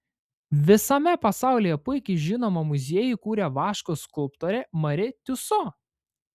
visame pasaulyje puikiai žinomą muziejų įkūrė vaško skulptorė mari tiuso